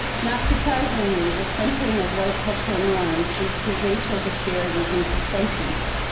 not surprisingly, the centering of white cultural norms leads to racial disparities and suspensions.